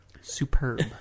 superb